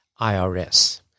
IRS